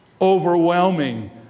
overwhelming